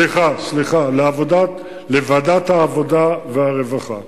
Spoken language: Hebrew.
סליחה, לוועדת העבודה והרווחה.